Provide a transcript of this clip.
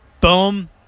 Boom